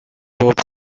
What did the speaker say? بوب